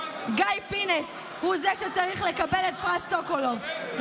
גיא פינס הוא זה שצריך לקבל את פרס סוקולוב,